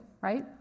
right